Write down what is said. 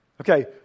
Okay